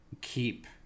keep